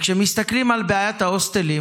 כשמסתכלים על בעיית ההוסטלים,